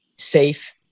Safe